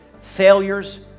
failures